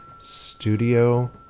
studio